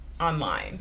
online